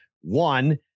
One